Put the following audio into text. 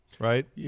Right